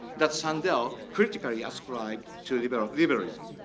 that sandel critically ascribed to liberal liberalism.